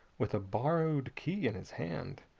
with a borrowed key in his hand,